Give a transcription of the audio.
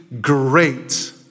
great